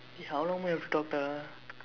eh how long we have talk டா:daa